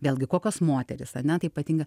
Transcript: vėlgi kokios moterys ane tai patinka